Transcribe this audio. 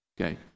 okay